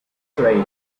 trail